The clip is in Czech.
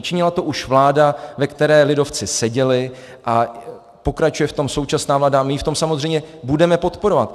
Činila to už vláda, ve které lidovci seděli, a pokračuje v tom současná vláda a my ji v tom samozřejmě budeme podporovat.